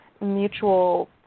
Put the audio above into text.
mutual